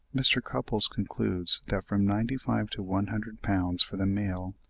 mr. cupples concludes that from ninety five to one hundred pounds for the male,